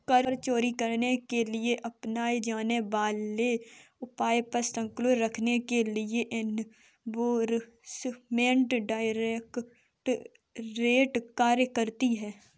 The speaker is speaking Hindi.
कर चोरी करने के लिए अपनाए जाने वाले उपायों पर अंकुश रखने के लिए एनफोर्समेंट डायरेक्टरेट कार्य करती है